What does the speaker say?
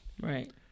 Right